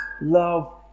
love